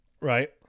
right